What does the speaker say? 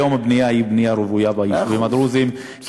היום הבנייה ביישובים הדרוזיים היא בנייה רוויה,